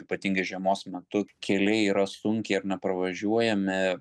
ypatingai žiemos metu keliai yra sunkiai ar ne pravažiuojami